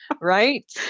Right